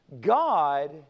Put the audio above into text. God